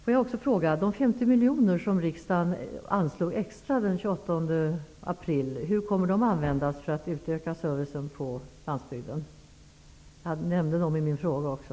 Låt mig också fråga om hur de 50 miljoner som riksdagen anslog extra den 28 april kommer att användas för att utöka servicen på landsbygden. Jag nämnde dem i min fråga också.